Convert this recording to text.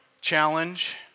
challenge